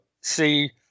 see